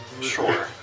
Sure